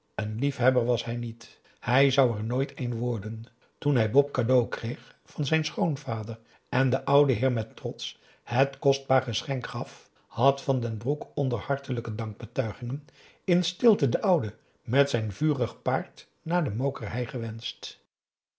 een liefhebber was hij niet hij zou er nooit een worden toen hij bop cadeau kreeg van zijn schoonvader en de oude heer met trots het kostbaar geschenk gaf had van den broek onder hartelijke dankbetuigingen in stilte den ouden met zijn vurig paard naar de mokerhei gewenscht